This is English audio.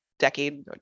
decade